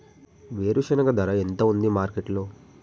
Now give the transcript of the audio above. వేరుశెనగ ధర ఎంత ఉంది మార్కెట్ లో?